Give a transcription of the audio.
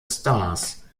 stars